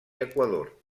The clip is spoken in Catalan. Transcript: equador